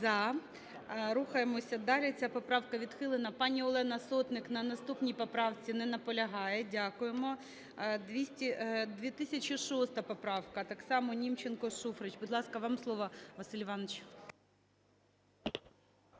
За-7 Рухаємося далі. Ця поправка відхилена. Пані Олена Сотник на наступній поправці не наполягає. Дякуємо. 2006 поправка. Так само Німченко, Шуфрич. Будь ласка, вам слово, Василь Іванович.